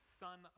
son